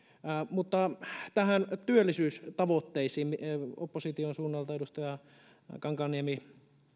mutta näihin työllisyystavoitteisiin opposition suunnalta edustaja kankaanniemi